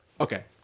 Okay